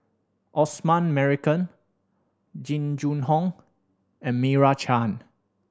Osman Merican Jing Jun Hong and Meira Chand